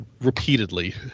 repeatedly